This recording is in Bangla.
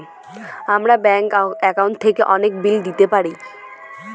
আমরা ব্যাঙ্ক একাউন্ট থেকে অনেক বিল দিতে পারি